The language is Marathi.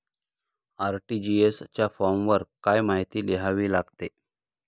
आर.टी.जी.एस च्या फॉर्मवर काय काय माहिती लिहावी लागते?